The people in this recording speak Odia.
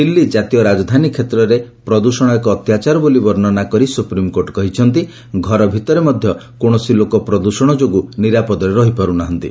ଦିଲ୍ଲୀ କାତୀୟ ରାଜଧାନୀ କ୍ଷେତ୍ରରେ ପ୍ରଦୃଷଣ ଏକ ଅତ୍ୟାଚାର ବୋଲି ବର୍ଷ୍ଣନା କରି ସୁପ୍ରିମ୍କୋର୍ଟ କହିଛନ୍ତି ଘର ଭିତରେ ମଧ୍ୟ କୌଣସି ଲୋକ ପ୍ରଦୂଷଣ ଯୋଗୁଁ ନିରାପଦରେ ରହିପାରୁ ନାହାନ୍ତି